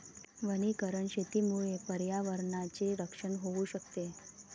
वनीकरण शेतीमुळे पर्यावरणाचे रक्षण होऊ शकते